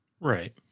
Right